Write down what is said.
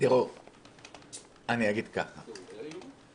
זה עולה היום?